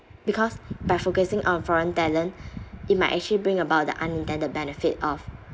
because by focusing on foreign talent it might actually bring about the unintended benefit of